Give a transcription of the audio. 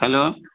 hello